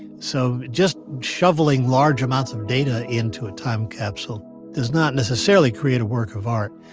so, just shoveling large amounts of data in to a time capsule does not necessarily create a work of art.